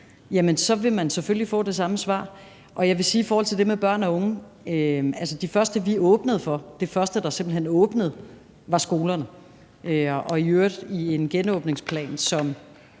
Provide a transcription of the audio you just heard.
vil man selvfølgelig få det samme svar. Jeg vil sige, at i forhold til det med børn og unge, var det første, vi åbnede for, skolerne, altså det var simpelt hen det første, der åbnede, i øvrigt i en genåbningsplan, som